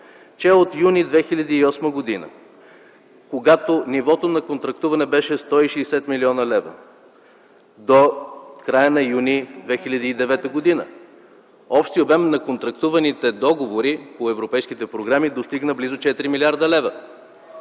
че от юни 2008 г., когато нивото на контрактуване беше 160 млн. лв., до края на юни 2009 г. общият обем на контрактуваните договори по европейските програми достигна близо 4 млрд. лв.